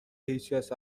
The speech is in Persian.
هیچکس